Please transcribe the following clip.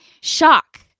shock